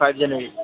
five January